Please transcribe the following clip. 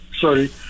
Sorry